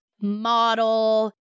model